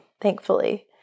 thankfully